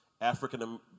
African